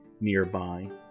nearby